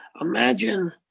imagine